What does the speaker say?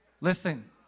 Listen